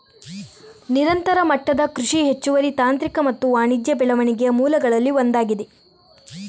ನಿರಂತರ ಮಟ್ಟದ ಕೃಷಿ ಹೆಚ್ಚುವರಿ ತಾಂತ್ರಿಕ ಮತ್ತು ವಾಣಿಜ್ಯ ಬೆಳವಣಿಗೆಯ ಮೂಲಗಳಲ್ಲಿ ಒಂದಾಗಿದೆ